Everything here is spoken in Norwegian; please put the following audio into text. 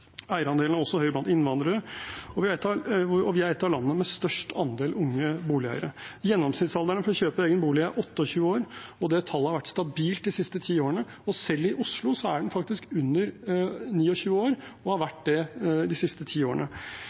Eierandelen er også høy blant innvandrere, og vi er blant landene som har størst andel unge boligeiere. Gjennomsnittsalderen for å kjøpe egen bolig er 28 år, et tall som har vært stabilt de siste ti årene, og selv i Oslo er den faktisk under 29 år og har vært det de siste ti årene.